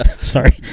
sorry